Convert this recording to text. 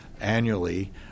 annually